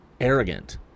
Arrogant